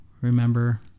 Remember